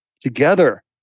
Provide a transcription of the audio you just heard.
together